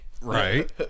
Right